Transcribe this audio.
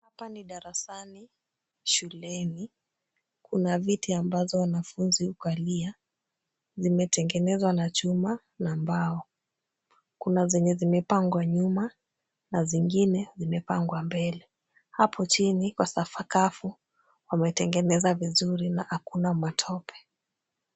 Hapa ni darasani shuleni. Kuna viti ambazo wanafunzi hukalia. Vimetengenezwa na chuma na mbao. Kuna zenye zimepangwa nyuma na zingine zimepangwa mbele. Hapo chini kwa sakafu wametengeneza vizuri na hakuna matope.